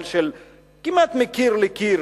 אבל כמעט מקיר לקיר,